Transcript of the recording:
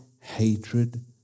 hatred